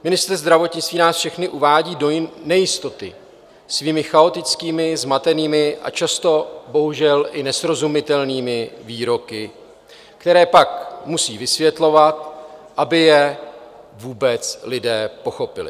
Ministr zdravotnictví nás všechny uvádí do nejistoty svými chaotickými, zmatenými a často bohužel i nesrozumitelnými výroky, které pak musí vysvětlovat, aby je vůbec lidé pochopili.